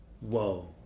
whoa